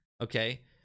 okay